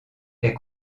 est